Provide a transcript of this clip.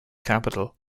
capital